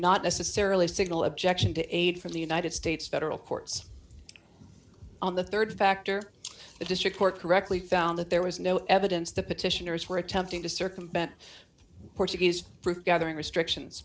not necessarily signal objection to aid from the united states federal courts on the rd factor the district court correctly found that there was no evidence the petitioners were attempting to circumvent the portuguese gathering restrictions